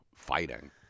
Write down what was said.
fighting